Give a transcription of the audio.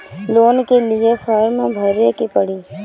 Loan के लिए form भरे के पड़ी?